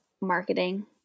marketing